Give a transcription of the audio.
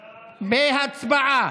הצבעה.